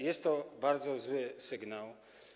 Jest to bardzo zły sygnał.